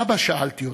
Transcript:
אבא, שאלתי אותו,